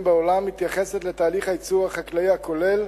בעולם מתייחסת לתהליך הייצור החקלאי הכולל